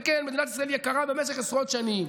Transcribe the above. וכן, מדינת ישראל יקרה במשך עשרות שנים.